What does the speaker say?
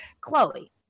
Chloe